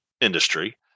industry